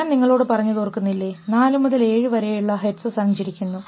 ഞാൻ നിങ്ങളോട് പറഞ്ഞത് ഓർക്കുന്നില്ലേ 4 മുതൽ 7വരെയുള്ള ഹെർട്സ് സഞ്ചരിക്കുന്നു